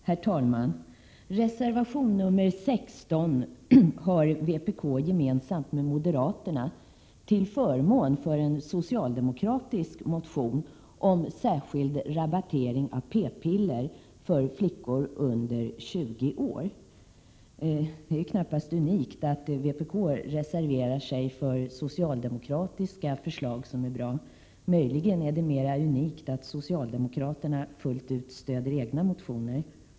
Herr talman! Reservation nr 16 är gemensam för vpk och moderaterna och har avgetts till förmån för en socialdemokratisk motion om särskild rabattering av p-piller för flickor under 20 år. Det är knappast unikt att vpk reserverar sig för socialdemokratiska förslag som är bra, möjligen är det mer unikt att socialdemokraterna fullt ut stöder egna motioner.